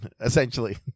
essentially